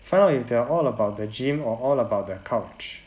find out if they're all about the gym or all about their couch